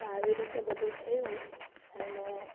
તો આવી રીતે બધું થયું એને